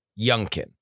Youngkin